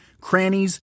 crannies